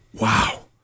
wow